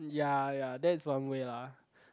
ya ya that is one way lah